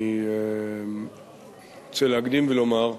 אני רוצה להקדים ולומר,